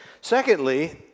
Secondly